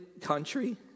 country